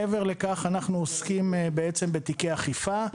מעבר לכך, אנחנו עוסקים בתיקי אכיפה.